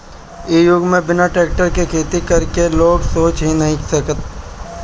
इ युग में बिना टेक्टर के खेती करे के लोग सोच ही नइखे सकत